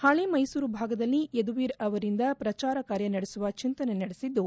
ಹಳೆ ಮೈಸೂರು ಭಾಗದಲ್ಲಿ ಯದುವೀರ್ ಅವರಿಂದ ಬಳಸಿಕೊಂಡು ಪ್ರಚಾರ ಕಾರ್ಯ ನಡೆಸುವ ಚಿಂತನೆ ನಡೆಸಿದ್ದು